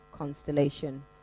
Constellation